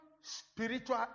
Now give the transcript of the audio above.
spiritual